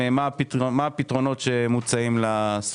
אנחנו גם נרצה לשמוע מה הפתרונות שמוצעים לסוגיה.